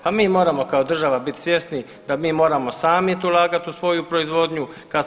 Pa mi moramo kao država biti svjesni da mi moramo sami ulagat u svoju proizvodnju.